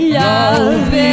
love